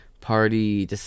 Party